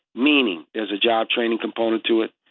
meaning there's a job training component to it.